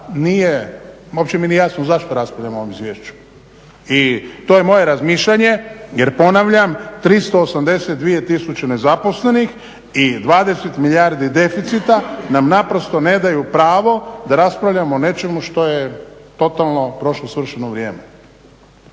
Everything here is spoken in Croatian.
nije uopće mi nije jasno zašto raspravljamo o ovom izvješću. i to je moje razmišljanje jer ponavljam 382 nezaposlenih i 20 milijardi deficita nam ne daju pravo da raspravljamo o nečemu što je totalno prošlo svršeno vrijeme.